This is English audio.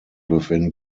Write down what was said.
within